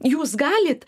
jūs galit